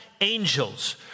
angels